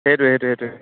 সেইটোৱে সেইটোৱে সেইটোৱে